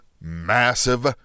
massive